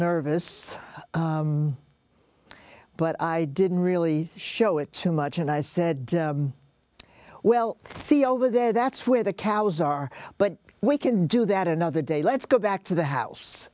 nervous but i didn't really show it too much and i said well see over there that's where the cows are but we can do that another day let's go back to the house